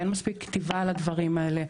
אין מספיק כתיבה על הדברים האלה.